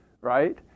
right